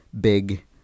big